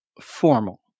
formal